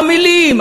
עמלים,